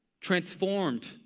transformed